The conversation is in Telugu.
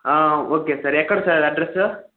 ఓకే సార్ ఎక్కడ సార్ అడ్రస్